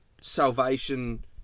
salvation